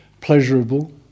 pleasurable